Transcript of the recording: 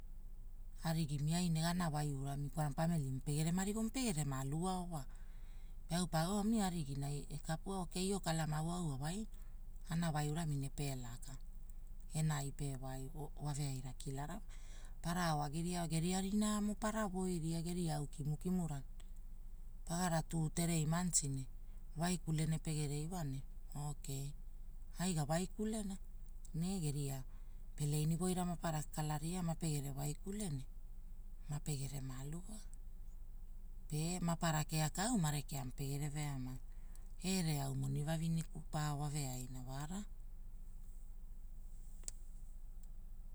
Arigimiai nea, ana wai urami. Ripami pamilimo perema rigo alu ao wa, pe au omiariginai ekapuai o, okeiiikalamavu au awaina, ana wai urami ne pelaka. Enai pewai woveaira kilara wa, para ao agiria geria rinaamo para woiria, geria au kimu kimura. Pagara tu terei manti ne,. waikule nepegere iwa ne okeii, ai gawaikulena ne geria peleini woira para kalaria mape gere waikulu ne mape gerema alu wa. Pe, mapa ara keakau ma rekea pegere veamai, pere au moni vavineku pa wove aina wara.